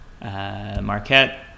Marquette